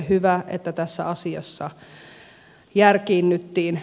hyvä että tässä asiassa järkiinnyttiin